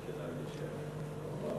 גברתי היושבת-ראש,